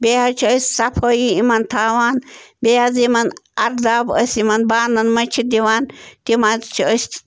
بیٚیہِ حظ چھِ أسۍ صفٲیی یِمَن تھاوان بیٚیہِ حظ یِمن اَرداب أسۍ یِمَن بانَن منٛز چھِ دِوان تِم حظ چھِ أسۍ